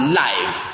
life